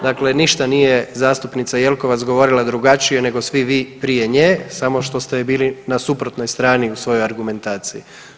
Dakle, ništa nije zastupnica Jeklovac govorila drugačije nego svi vi prije nje, samo što ste bili na suprotnoj strani u svojoj argumentaciji.